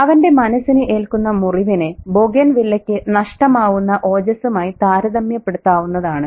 അവന്റെ മനസ്സിന് ഏൽക്കുന്ന മുറിവിനെ ബൊഗെയ്ൻവില്ലയ്ക്ക് നഷ്ടമാവുന്ന ഓജസ്സുമായി താരതമ്യപ്പെടുത്താവുന്നതാണ്